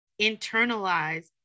internalize